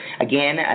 Again